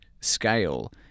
scale